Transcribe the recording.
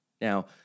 Now